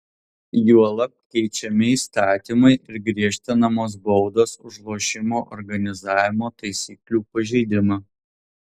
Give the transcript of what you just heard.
juolab keičiami įstatymai ir griežtinamos baudos už lošimo organizavimo taisyklių pažeidimą